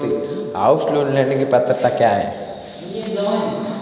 House loan लेने की पात्रता क्या है?